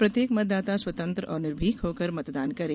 प्रत्येक मतदाता स्वतंत्र और निर्भीक होकर मतदान करें